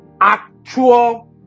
actual